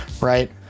Right